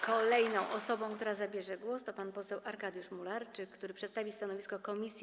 Kolejną osobą, która zabierze głos, jest pan poseł Arkadiusz Mularczyk, który przedstawi stanowisko komisji.